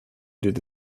did